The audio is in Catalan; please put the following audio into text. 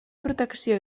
protecció